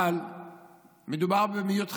אבל מדובר במיעוט חרדי,